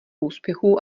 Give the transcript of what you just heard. úspěchů